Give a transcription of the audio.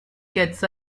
gets